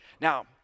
Now